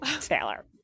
Taylor